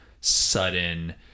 sudden